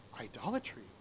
idolatry